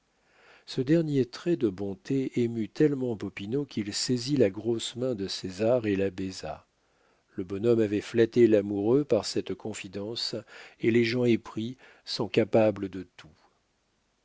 ce dernier trait de bonté émut tellement popinot qu'il saisit la grosse main de césar et la baisa le bonhomme avait flatté l'amoureux par cette confidence et les gens épris sont capables de tout